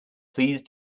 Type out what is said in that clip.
please